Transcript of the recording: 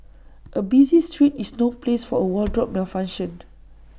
A busy street is no place for A wardrobe malfunction